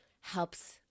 helps